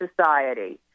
Society